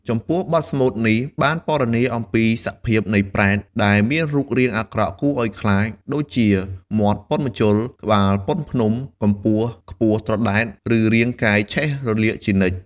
ចំពោះ បទស្មូតនេះបានពណ៌នាអំពីសភាពនៃប្រេត ដែលមានរូបរាងអាក្រក់គួរឲ្យខ្លាច ដូចជាមាត់ប៉ុនម្ជុល ក្បាលប៉ុនភ្នំ កម្ពស់ខ្ពស់ត្រដែត ឬរាងកាយឆេះរលាកជានិច្ច។